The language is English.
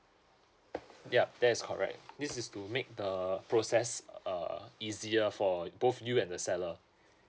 yup that is correct this is to make the process err easier for both you and the seller